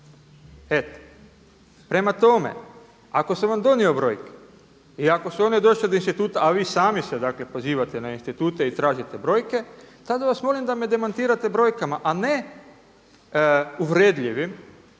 Eto. Prema tome, ako sam vam donio brojke i ako su one došle do instituta, a vi sami se dakle pozivate na institute i tražite brojke, tada vas molim da me demantirate brojkama a ne uvredljivim